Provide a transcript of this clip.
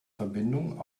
verbindung